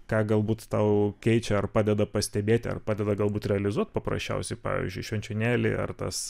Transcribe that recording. ką galbūt tau keičia ar padeda pastebėti ar padeda galbūt realizuot paprasčiausiai pavyzdžiui švenčionėliai ar tas